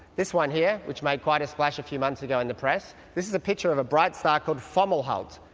this one here, which made quite a splash a few months ago in the press, this is a picture of a bright star called fomalhaut.